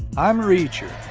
i'm reacher.